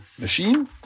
machine